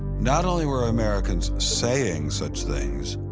not only were americans saying such things,